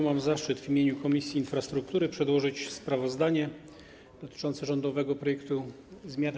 Mam zaszczyt w imieniu Komisji Infrastruktury przedłożyć sprawozdanie dotyczące rządowego projektu zmiany